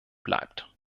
bleibt